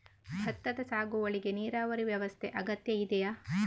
ಭತ್ತದ ಸಾಗುವಳಿಗೆ ನೀರಾವರಿ ವ್ಯವಸ್ಥೆ ಅಗತ್ಯ ಇದೆಯಾ?